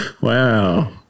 Wow